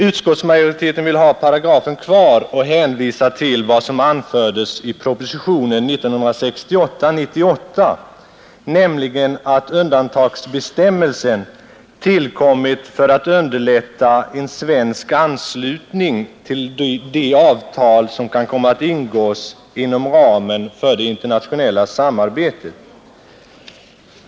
Utskottsmajoriteten vill ha paragrafen kvar och hänvisar till vad som anförts i proposition 98 år 1968, nämligen att undantagsbestämmelsen tillkommit för att underlätta en svensk anslutning till de avtal som kan komma att ingås inom ramen för det internationella samarbetet.